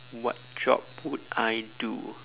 what job would I do